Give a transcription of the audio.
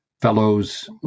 fellows